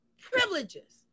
Privileges